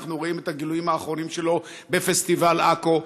שאנחנו רואים את הגילויים האחרונים שלו בפסטיבל עכו,